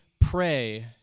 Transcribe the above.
pray